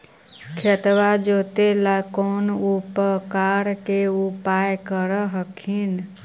खेतबा जोते ला कौन उपकरण के उपयोग कर हखिन?